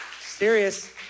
Serious